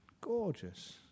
gorgeous